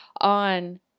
on